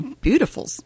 beautiful